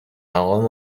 مقام